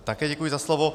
Také děkuji za slovo.